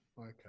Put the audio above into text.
Okay